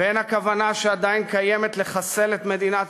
בין הכוונה שעדיין קיימת לחסל את מדינת